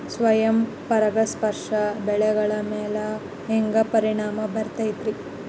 ಸ್ವಯಂ ಪರಾಗಸ್ಪರ್ಶ ಬೆಳೆಗಳ ಮ್ಯಾಲ ಹ್ಯಾಂಗ ಪರಿಣಾಮ ಬಿರ್ತೈತ್ರಿ?